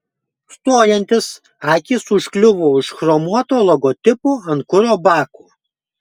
stojantis akys užkliuvo už chromuoto logotipo ant kuro bako